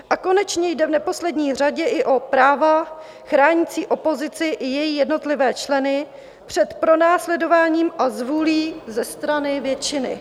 A konečně jde v neposlední řadě i o práva chránící opozici i její jednotlivé členy před pronásledováním a zvůlí ze strany většiny.